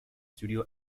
studio